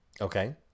Okay